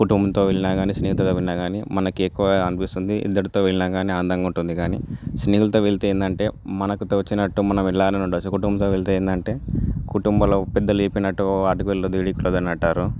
కుటుంబంతో వెళ్ళినా గానీ స్నేహితులతో వెళ్ళినా గానీ మనకి ఎక్కువగా అనిపిస్తుంది ఇద్దరితో వెళ్ళినా గానీ మనకి ఆనందంగా ఉంటుంది కానీ స్నేహితులతో వెళ్తే ఏందంటే మనకు తోచినట్టు మనం ఎలా అయినా ఉండొచ్చు కుటుంబంతో వెళ్తే ఏందంటే కుటుంబంలో పెద్దలు చెప్పినట్టు అటు వెళ్లొద్దు ఇటు వెళ్ళు అంటారు